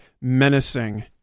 menacing